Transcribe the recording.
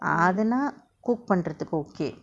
ah அதுனா:athuna cook பன்ரதுக்கு:panrathuku okay